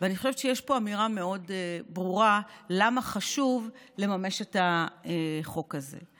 ואני חושבת שיש פה אמירה מאוד ברורה למה חשוב לממש את החוק הזה.